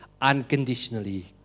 unconditionally